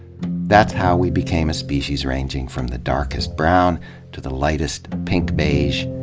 that's how we became a species ranging from the darkest brown to the lightest pink-beige,